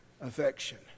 affection